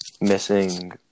missing